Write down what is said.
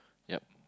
yup